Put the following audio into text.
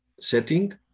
setting